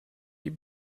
die